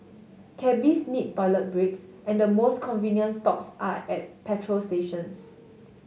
cabbies need toilet breaks and the most convenient stops are at petrol stations